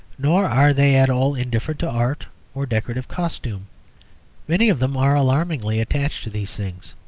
nor are they at all indifferent to art or decorative costume many of them are alarmingly attached to these things.